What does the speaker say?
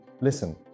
listen